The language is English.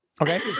Okay